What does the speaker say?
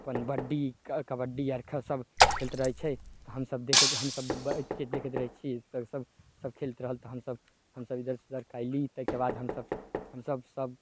अपन बड्डी कबड्डी आर सभ खेलैत रहय छै हमसभ देखैत हमसभ बैठके देखैत रहय छी तऽ सभ सभ खेलैत रहल तऽ हमसभ हमसभ इधरसँ उधर अयली तैके बाद हमसभ हमसभ सभ